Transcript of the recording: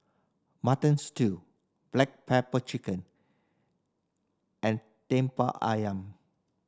Mutton Stew black pepper chicken and Lemper Ayam